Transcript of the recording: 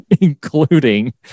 including